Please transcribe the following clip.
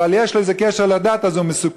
אבל יש לו איזה קשר לדת אז הוא מסוכן.